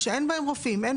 שאין בהם רופאים.